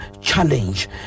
challenge